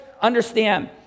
understand